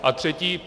A třetí.